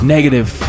Negative